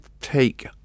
take